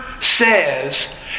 says